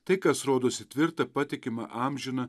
tai kas rodosi tvirta patikima amžina